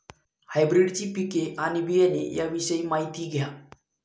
हायब्रिडची पिके आणि बियाणे याविषयी माहिती द्या